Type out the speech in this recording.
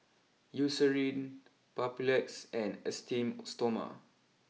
Eucerin Papulex and Esteem Stoma